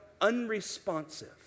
unresponsive